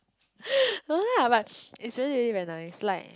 no lah but it's really really really very nice like